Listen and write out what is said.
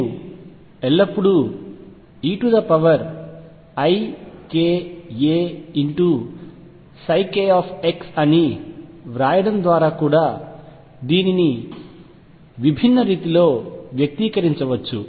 ఇది ఎల్లప్పుడూ eikak అని వ్రాయడం ద్వారా కూడా దీనిని విభిన్న రీతిలో వ్యక్తీకరించవచ్చు